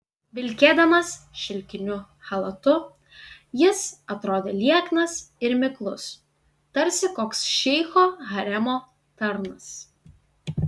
vilkėdamas šilkiniu chalatu jis atrodė lieknas ir miklus tarsi koks šeicho haremo tarnas